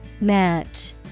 Match